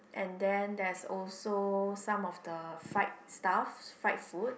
and then there's also some of the fried stuff fried food